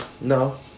No